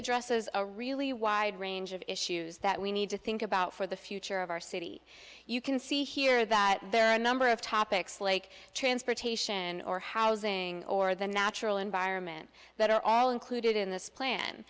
addresses a really wide range of issues that we need to think about for the future of our city you can see here that there are a number of topics like transportation or housing or the natural environment that are all included in this plan